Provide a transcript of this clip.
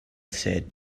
said